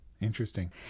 Interesting